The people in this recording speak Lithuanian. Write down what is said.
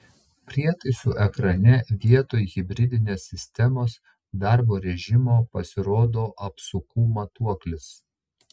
prietaisų ekrane vietoj hibridinės sistemos darbo režimo pasirodo apsukų matuoklis